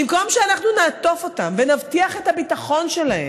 במקום שאנחנו נעטוף אותם ונבטיח את הביטחון שלהם,